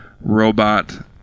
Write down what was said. robot